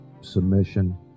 submission